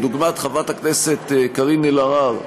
דוגמת חברת הכנסת קארין אלהרר,